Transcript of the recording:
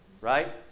right